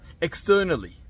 externally